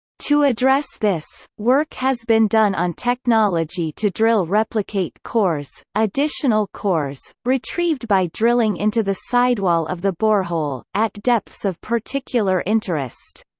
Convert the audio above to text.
to address this, work has been done on technology to drill replicate cores additional cores, retrieved by drilling into the sidewall of the borehole, at depths of particular interest.